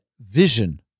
vision